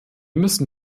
müssen